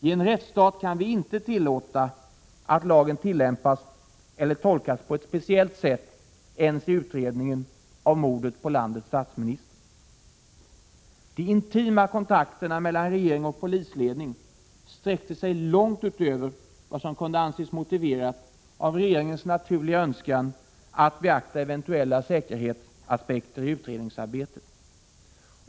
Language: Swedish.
I en rättsstat kan vi inte tillåta att lagen tillämpas eller tolkas på ett speciellt sätt ens i utredningen av mordet på landets statsminister. De intima kontakterna mellan regering och polisledning sträckte sig långt utöver vad som kunde anses motiverat av regeringens naturliga önskan att beakta eventuella säkerhetsaspekter i utredningsarbetet.